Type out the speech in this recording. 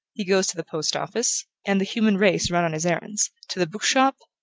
he goes to the post-office, and the human race run on his errands to the book-shop,